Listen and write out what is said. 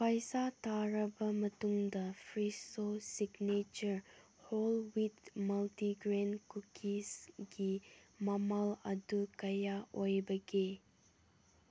ꯄꯩꯁꯥ ꯇꯥꯔꯕ ꯃꯇꯨꯡꯗ Fresho signature whole wheat multigrain ꯀꯨꯛꯀꯤꯁꯒꯤ ꯃꯃꯜ ꯑꯗꯨ ꯀꯌꯥ ꯑꯣꯏꯕꯒꯦ